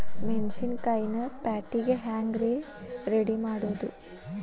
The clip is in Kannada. ಮೆಣಸಿನಕಾಯಿನ ಪ್ಯಾಟಿಗೆ ಹ್ಯಾಂಗ್ ರೇ ರೆಡಿಮಾಡೋದು?